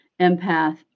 empath